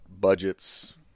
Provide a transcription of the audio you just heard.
budgets